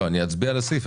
לא, אני אצביע על הסעיף.